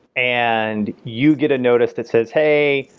and you get a notice that says, hey,